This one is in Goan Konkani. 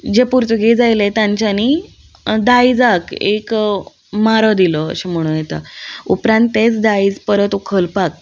जे पुर्तुगीज आयले तांच्यानी दायजाक एक मारो दिलो अशें म्हणूं येता उपरांत तेंच दायज परत उखलपाक